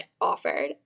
offered